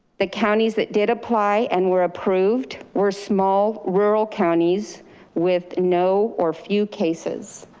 the counties that did apply and were approved, were small rural counties with no or few cases.